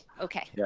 Okay